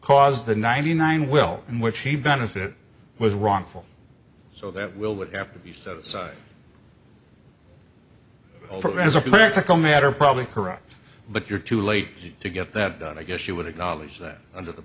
caused the ninety nine will in which he benefit was wrongful so that will would have to be set aside as a practical matter probably correct but you're too late to get that done i guess you would acknowledge that under the